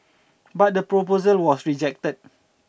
but the proposal was rejected